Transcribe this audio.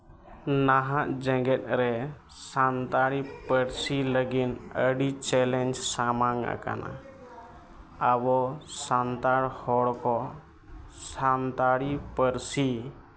ᱱᱟᱦᱟᱜ ᱡᱮᱜᱮᱫ ᱨᱮ ᱥᱟᱱᱛᱟᱲᱤ ᱯᱟᱹᱨᱥᱤ ᱞᱟᱹᱜᱤᱫ ᱟᱹᱰᱤ ᱪᱮᱞᱮᱧᱡᱽ ᱥᱟᱢᱟᱝ ᱟᱠᱟᱱᱟ ᱟᱵᱚ ᱥᱟᱱᱛᱟᱲ ᱦᱚᱲ ᱠᱚ ᱥᱟᱱᱛᱟᱲᱤ ᱯᱟᱹᱨᱥᱤ